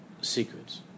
secrets